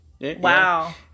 Wow